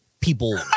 people